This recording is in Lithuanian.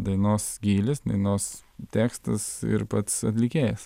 dainos gylis dainos tekstas ir pats atlikėjas